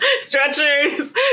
stretchers